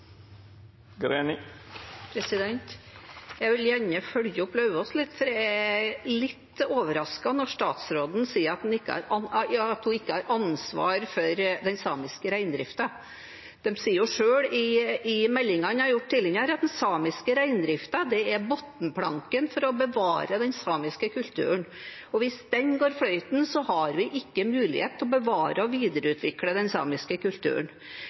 Jeg vil gjerne følge opp Lauvås litt, for jeg er litt overrasket når statsråden sier at hun ikke har ansvar for den samiske reindriften. De sier jo selv i tidligere meldinger at den samiske reindriften er bunnplanken for å bevare den samiske kulturen, og hvis den går fløyten, har vi ikke mulighet til å bevare og videreutvikle den samiske kulturen.